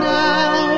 now